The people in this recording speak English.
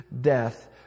death